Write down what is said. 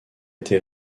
été